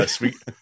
Yes